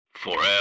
FOREVER